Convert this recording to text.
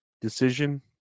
decision